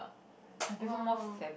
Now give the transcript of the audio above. oh